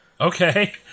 Okay